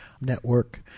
network